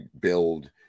build